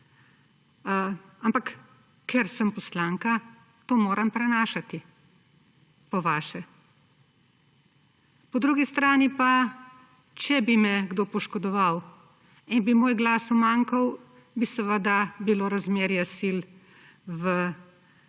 Ampak ker sem poslanka, to moram prenašati; po vaše. Po drugi strani pa, če bi me kdo poškodoval in bi moj glas umanjkal, bi seveda bilo razmerje sil pri